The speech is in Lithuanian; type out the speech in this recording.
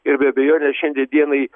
ir be abejonės šiandien dienai